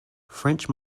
french